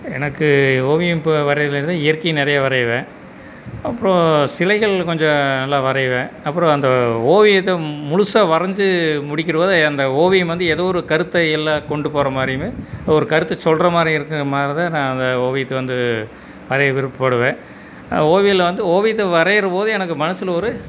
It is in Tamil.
எனக்கு ஓவியம் இப்போது வரையிறதில் இயற்கை நிறையா வரைவேன் அப்றம் சிலைகள் கொஞ்சம் நல்லா வரைவேன் அப்றம் அந்த ஓவியத்தை முழுசாக வரைஞ்சு முடிக்கிற போது அந்த ஓவியம் வந்து ஏதோ ஒரு கருத்தை எல்லா கொண்டு போகிற மாரியும் ஒரு கருத்தை சொல்கிற மாதிரி இருக்கும் மாதிரிதான் நான் அந்த ஓவியத்தை வந்து வரைய விருப்பப்படுவேன் ஓவியம்ல வந்து ஓவியத்தை வரைகிற போது எனக்கு மனசில் ஒரு